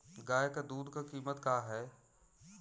गाय क दूध क कीमत का हैं?